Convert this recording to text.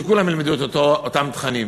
שכולם ילמדו את אותם תכנים,